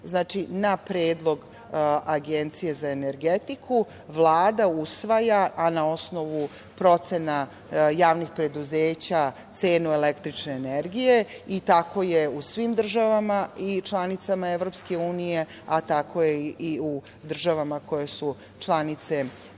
na predlog Agencije za energetiku Vlada usvaja, a na osnovu procena javnih preduzeća, cenu električne energije i tako je u svim državama i članicama EU, a tako je i u državama koje su članice